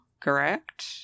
correct